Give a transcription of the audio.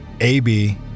AB